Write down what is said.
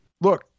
Look